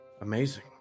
amazing